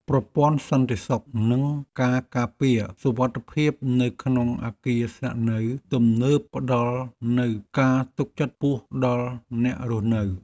ប្រព័ន្ធសន្តិសុខនិងការការពារសុវត្ថិភាពនៅក្នុងអគារស្នាក់នៅទំនើបផ្ដល់នូវការទុកចិត្តខ្ពស់ដល់អ្នករស់នៅ។